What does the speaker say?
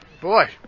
boy